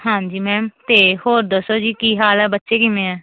ਹਾਂਜੀ ਮੈਮ ਅਤੇ ਹੋਰ ਦੱਸੋ ਜੀ ਕੀ ਹਾਲ ਆ ਬੱਚੇ ਕਿਵੇਂ ਆ